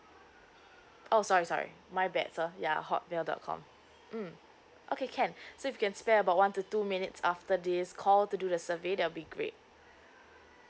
oh sorry sorry my bad sir ya hotmail dot com mm okay can so you can spare about one to two minutes after this call to do the survey that'll be great